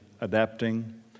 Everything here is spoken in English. adapting